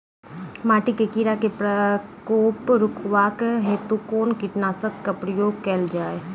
माटि मे कीड़ा केँ प्रकोप रुकबाक हेतु कुन कीटनासक केँ प्रयोग कैल जाय?